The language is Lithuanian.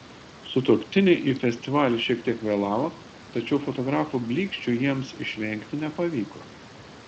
sutuoktiniai į festivalį šiek tiek vėlavo tačiau fotografų blyksčių jiems išvengti nepavyko